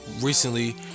recently